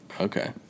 Okay